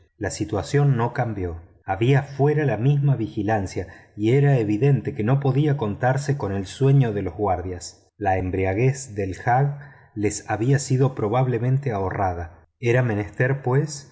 la situación no cambió había fuera la misma vigilancia y era evidente que no podía contarse con el sueño de los guardias la embriaguez del hag les había sido probablemente ahorrada era menester pues